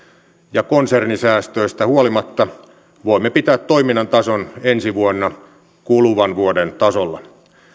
ja konsernisäästöistä huolimatta voimme pitää toiminnan tason ensi vuonna kuluvan vuoden tasolla